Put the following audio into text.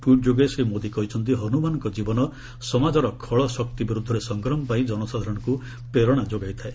tweet ଯୋଗେ ଶ୍ରୀ ମୋଦି କହିଛନ୍ତି ହନୁମାନଙ୍କ କୀବନ ସମାଜର ଖଳ ବ୍ୟକ୍ତି ବିରୁଦ୍ଧରେ ସଂଗ୍ରାମ ପାଇଁ ଜନସାଧାରଣଙ୍କୁ ପ୍ରେରଣା ଯୋଗାଇଥାଏ